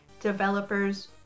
developers